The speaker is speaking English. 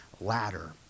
ladder